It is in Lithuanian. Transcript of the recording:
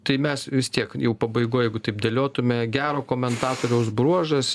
tai mes vis tiek jau pabaigoj jeigu taip dėliotume gero komentatoriaus bruožas